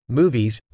movies